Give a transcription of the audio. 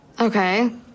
Okay